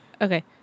okay